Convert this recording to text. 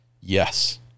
yes